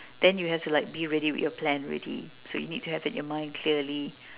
then you have to like be ready with your plan already so you need to have in your mind clearly